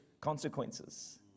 consequences